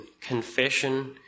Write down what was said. confession